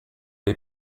dei